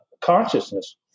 consciousness